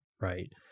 right